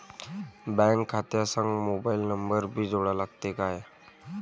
Bank खात्या संग mobile number भी जोडा लागते काय?